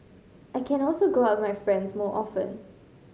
I can also go out with my friends more often